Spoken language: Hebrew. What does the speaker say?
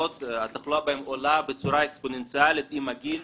התחלואה בהן עולה בצורה אקספוננציאלית עם הגיל,